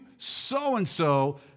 So-and-so